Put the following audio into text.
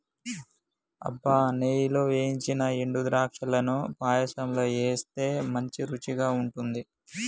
అబ్బ నెయ్యిలో ఏయించిన ఎండు ద్రాక్షలను పాయసంలో వేస్తే మంచి రుచిగా ఉంటుంది